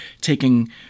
taking